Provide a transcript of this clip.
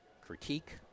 critique